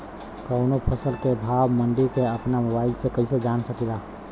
कवनो फसल के भाव मंडी के अपना मोबाइल से कइसे जान सकीला?